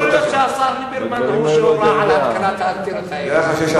יכול להיות שהשר ליברמן הוא שהורה על התקנת האנטנות האלה.